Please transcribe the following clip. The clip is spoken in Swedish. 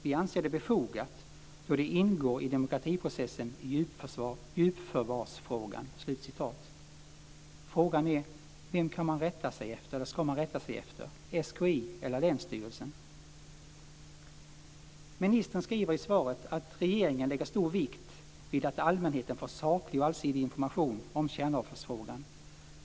Vi anser det befogat då det ingår i demokratiprocessen i djupförvarsfrågan." Frågan är vem man ska rätta sig efter, SKI eller länsstyrelsen. Ministern skriver i svaret att regeringen lägger stor vikt vid att allmänheten får saklig och allsidig information om kärnavfallsfrågan.